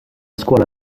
scuola